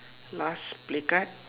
last play card